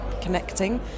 connecting